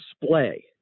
display